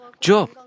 Job